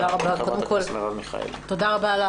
תודה רבה.